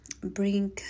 bring